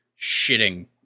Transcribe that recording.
shitting